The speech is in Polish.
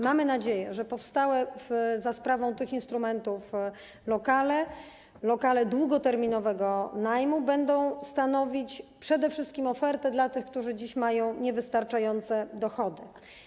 Mamy nadzieję, że powstałe za sprawą tych instrumentów lokale długoterminowego najmu będą stanowić przede wszystkim ofertę dla tych, którzy dziś mają niewystarczające dochody.